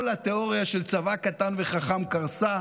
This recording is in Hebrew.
כל התיאוריה של צבא קטן וחכם קרסה.